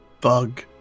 bug